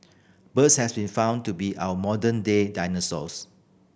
birds have been found to be our modern day dinosaurs